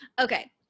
Okay